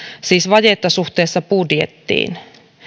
siis vajetta suhteessa budjettiin